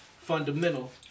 fundamental